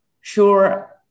sure